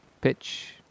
Pitch